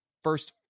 First